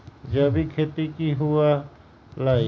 जैविक खेती की हुआ लाई?